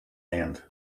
hand